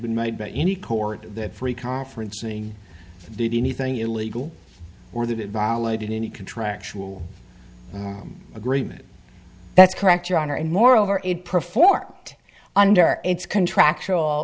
been made by any court that free conferencing did anything illegal or that it violated any contractual agreement that's correct your honor and moreover it performs under its contractual